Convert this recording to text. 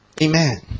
Amen